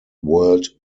world